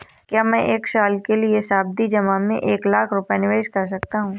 क्या मैं एक साल के लिए सावधि जमा में एक लाख रुपये निवेश कर सकता हूँ?